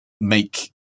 make